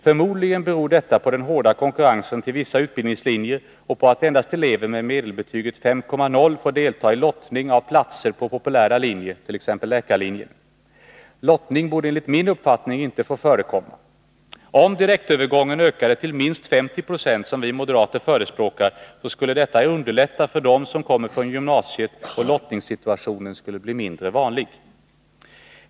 Förmodligen beror detta på den hårda konkurrensen till vissa utbildningslinjer och på att endast elever med medelbetyget 5,0 får delta i lottning av platser på populära linjer, t.ex. läkarlinjen. Lottning borde enligt min uppfattning inte få förekomma. Om direktövergången ökade till minst 50 90, som vi moderater förespråkar, skulle detta underlätta för dem som kommer från gymnasiet, och lottningssituationen skulle bli mindre vanlig.